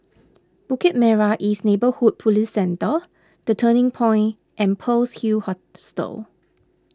Bukit Merah East Neighbourhood Police Centre the Turning Point and Pearl's Hill Hostel